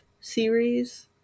series